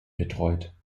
betreut